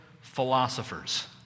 philosophers